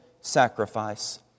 sacrifice